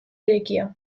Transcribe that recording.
irekia